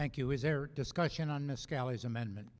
thank you is there discussion on a scale as amendment